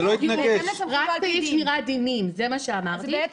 רק סעיף שמירת דינים, זה מה שאמרתי.